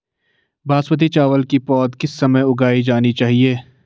बासमती चावल की पौध किस समय उगाई जानी चाहिये?